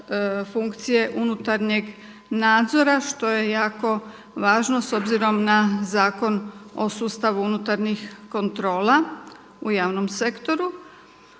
funkcije unutarnjeg nadzora što je jako važno s obzirom na Zakon o sustavu unutarnjih kontrola u javnom sektoru.